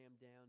down